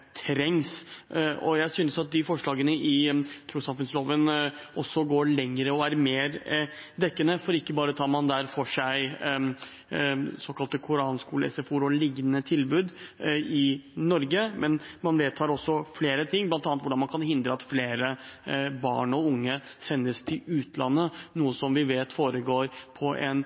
trengs. Jeg synes at forslagene til trossamfunnsloven også går lenger og er mer dekkende, for ikke bare tar man der for seg såkalte koranskole-SFO-er og lignende tilbud i Norge, man vedtar også flere ting, bl.a. hvordan man kan hindre at flere barn og unge sendes til utlandet, noe som vi vet foregår på en